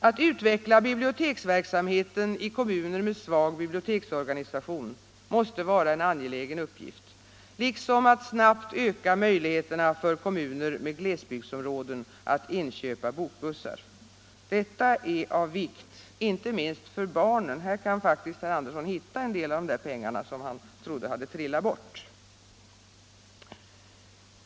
Att utveckla biblioteksverksamheten i kommuner med svag biblioteksorganisation måste vara en angelägen uppgift, liksom att snabbt öka möjligheterna för kommuner med glesbygdsområden att inköpa bokbussar. Detta är av vikt, inte minst för barnen. Här kan faktiskt herr Andersson hitta en del av de pengar som han trodde hade trillat bort.